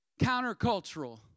Countercultural